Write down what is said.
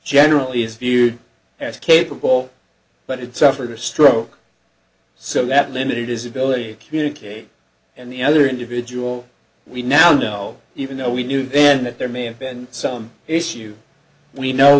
generally is viewed as capable but it suffered a stroke so that limited is ability to communicate and the other individual we now know even though we knew then that there may have been some issue we know